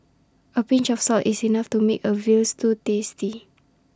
A pinch of salt is enough to make A Veal Stew tasty